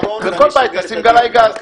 בכל בית נשֹים גלאי גז.